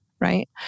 right